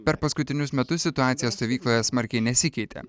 per paskutinius metus situacija stovykloje smarkiai nesikeitė